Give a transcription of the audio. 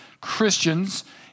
Christians